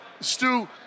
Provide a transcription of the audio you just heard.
Stu